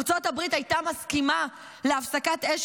ארצות הברית הייתה מסכימה להפסקת אש